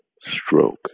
stroke